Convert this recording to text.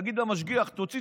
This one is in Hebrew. נגיד למשגיח: תוציא,